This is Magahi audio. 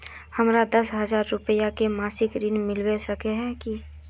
हमरा दस हजार रुपया के मासिक ऋण मिलबे सके है की?